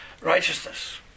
righteousness